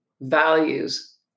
values